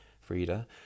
Frida